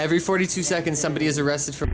every forty two seconds somebody is arrested for